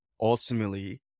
ultimately